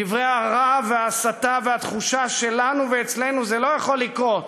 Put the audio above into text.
דברי הרעל וההסתה והתחושה שלנו ואצלנו זה לא יכול לקרות,